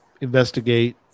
investigate